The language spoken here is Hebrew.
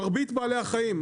מרבית בעלי החיים,